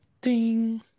Ding